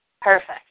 Perfect